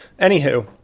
Anywho